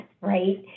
right